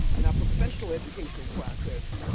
in our professional educational process,